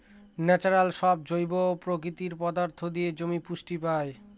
natural সব জৈব প্রাকৃতিক পদার্থ দিয়ে জমি পুষ্টি পায়